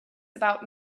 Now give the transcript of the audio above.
about